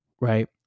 right